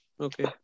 Okay